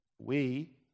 We